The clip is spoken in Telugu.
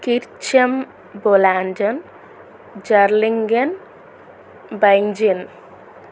కిర్చమ్ బొలాన్జన్ జరింగన్ బింఘం